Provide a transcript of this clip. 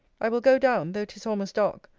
i will go down, though tis almost dark,